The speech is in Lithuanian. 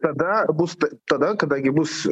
tada bus tada kada gi bus